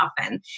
often